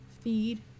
feed